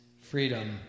freedom